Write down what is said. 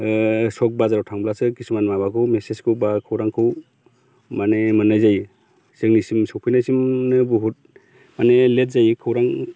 सख बाजाराव थांब्लासो किसुमान माबाखौ मेसेज एबा खौरांखौ माने मोननाय जायो जोंनिसिम सफैनायसिमनो बुहुद माने लेट जायो खौरां